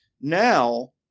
Now